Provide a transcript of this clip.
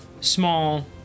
small